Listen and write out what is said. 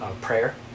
prayer